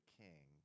king